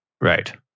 Right